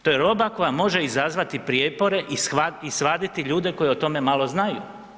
To je roba koja može izazvati prijepore i svaditi ljude koji o tome malo znaju.